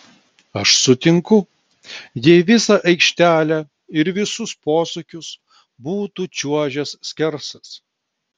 aš sutinku jei visą aikštelę ir visus posūkius būtų čiuožęs skersas